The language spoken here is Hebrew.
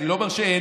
אני לא אומר שאין,